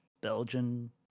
Belgian